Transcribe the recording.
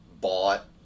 bought